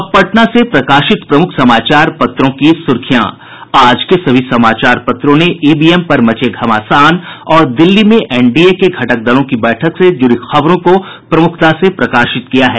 अब पटना से प्रकाशित प्रमुख समाचार पत्रों की सुर्खियां आज के सभी समाचार पत्रों ने ईवीएम पर मचे घमासान और दिल्ली में एनडीए के घटक दलों की बैठक से जुड़ी खबरों को प्रमुखता से प्रकाशित किया है